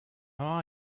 how